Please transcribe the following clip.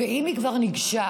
אם היא כבר ניגשה,